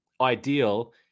ideal